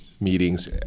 meetings